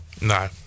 No